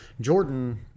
Jordan